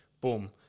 boom